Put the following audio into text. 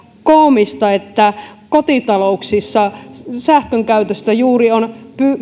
koomista että kotitalouksissa juuri sähkön käytöstä on